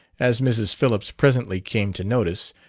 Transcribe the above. as mrs. phillips presently came to notice,